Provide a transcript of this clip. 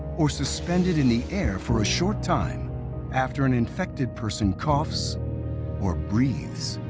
or suspended in the air for a short time after an infected person coughs or breathes.